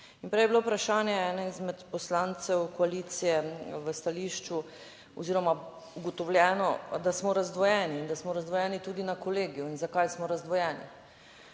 prej je bilo vprašanje ene izmed poslancev koalicije v stališču oziroma ugotovljeno, da smo razdvojeni in da smo razdvojeni tudi na kolegiju. zakaj smo razdvojeni?